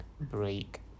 break